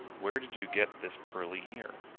where did you get this pearly ear?